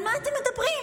על מה אתם מדברים?